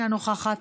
אינה נוכחת,